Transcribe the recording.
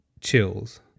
chills